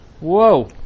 Whoa